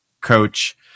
coach